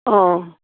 অঁ